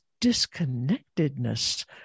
disconnectedness